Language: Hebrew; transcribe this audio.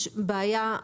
יש בעיה .